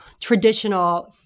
traditional